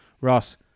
Ross